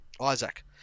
Isaac